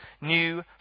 new